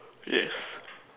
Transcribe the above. yes